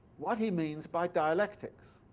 what he means by dialectics.